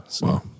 Wow